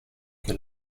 che